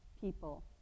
people